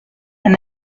and